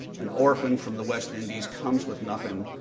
an orphan from the west indies, comes with nothing,